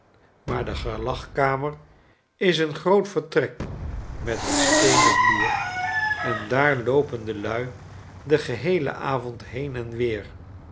maar de gelagkamer is een groot vertrek met een steenen vloer en daar loopen de lui den geheele avond heen en weer